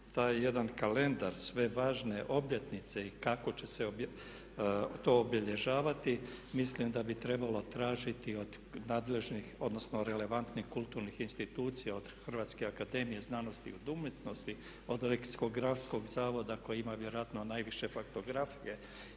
taj jedan kalendar sve važne obljetnice i kako će se to obilježavati mislim da bi trebalo tražiti od nadležnih, odnosno relevantnih kulturnih institucija od Hrvatske akademije znanosti i umjetnosti, od leksikografskog zavoda koji ima vjerojatno najviše faktografije